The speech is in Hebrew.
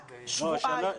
רק שבועיים --- לא,